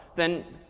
then